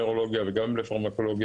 לאו דווקא מתקציב המדינה,